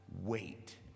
Wait